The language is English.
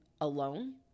alone